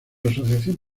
asociación